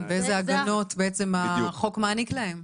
כן באיזה הגנות בעצם החוק מעניק להם.